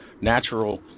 natural